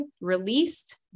released